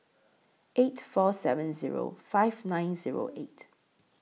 eight four seven Zero five nine Zero eight